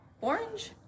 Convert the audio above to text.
orange